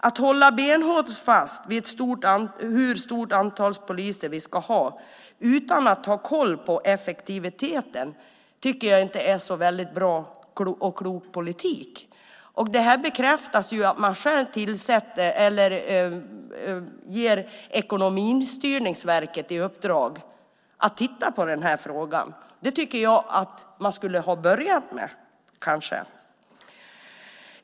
Att hålla benhårt fast vid hur stort antal poliser som vi ska ha utan att ha koll på effektiviteten tycker jag inte är en så bra och klok politik. Det här bekräftas av att man själv ger Ekonomistyrningsverket i uppdrag att titta på frågan. Det tycker jag att man kanske skulle ha börjat med.